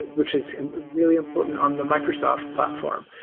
which is really important on the microsoft platform.